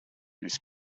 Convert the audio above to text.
this